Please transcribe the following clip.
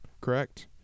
Correct